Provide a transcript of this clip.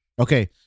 Okay